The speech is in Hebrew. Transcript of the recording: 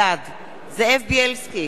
בעד זאב בילסקי,